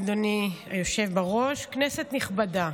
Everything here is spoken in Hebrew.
אדוני היושב בראש, כנסת נכבדה,